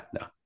no